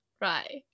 right